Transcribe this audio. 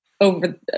over